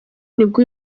nibwo